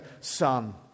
son